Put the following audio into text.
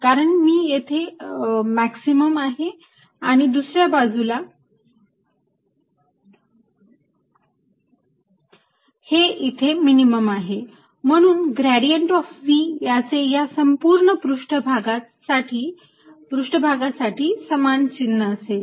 कारण की इथे मॅक्सिमम आहे आणि दुसर्या बाजूला हे इथे मिनिमम आहे म्हणून ग्रेडियंट ऑफ V याचे या संपूर्ण पृष्ठभागासाठी चिन्ह समानच असेल